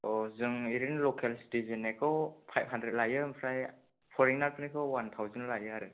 अ' जों ओरैनो लखेल सिथिजेननिखौ फाइभ हानद्रेद लायो ओमफ्राय फरेनार्स फोरनिखौ वान थावजेन लायो आरो